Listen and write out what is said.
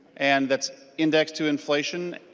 and that's indexed to inflation.